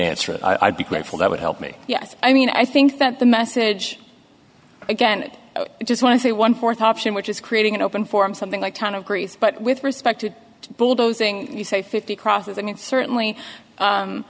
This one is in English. answer i'd be grateful that would help me yes i mean i think that the message again i just want to say one fourth option which is creating an open forum something like ton of grief but with respect to bulldozing you say fifty crosses i mean certainly